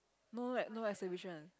no leh no exhibition